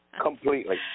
Completely